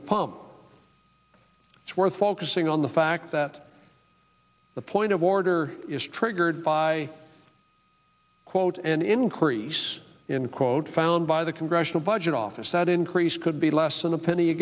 the pump it's worth focusing on the fact that a point of order is triggered by quote an increase in quote found by the congressional budget office that increase could be less than a penny a